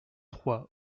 trois